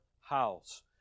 house